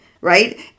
right